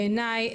בעיניי,